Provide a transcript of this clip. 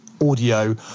audio